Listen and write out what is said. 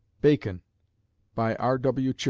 bacon by r w.